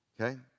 okay